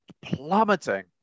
plummeting